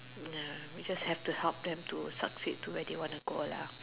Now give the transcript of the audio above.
ya we just have to help them to succeed to where they want to go lah